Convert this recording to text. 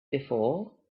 before